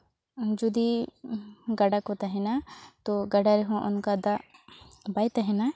ᱡᱩᱫᱤ ᱜᱟᱰᱟ ᱠᱚ ᱛᱟᱦᱮᱱᱟ ᱛᱚ ᱜᱟᱰᱟ ᱨᱮᱦᱚᱸ ᱚᱱᱠᱟ ᱫᱟᱜ ᱵᱟᱭ ᱛᱟᱦᱮᱱᱟ